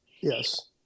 Yes